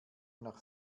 nach